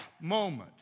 moment